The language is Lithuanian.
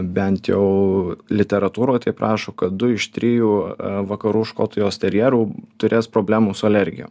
bent jau literatūroj taip rašo kad du iš trijų vakarų škotijos terjerų turės problemų su alergijom